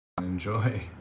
enjoy